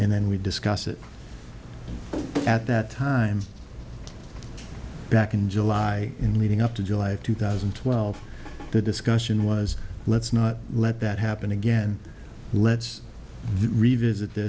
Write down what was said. and then we discuss it at that time back in july in leading up to july of two thousand and twelve the discussion was let's not let that happen again let's revisit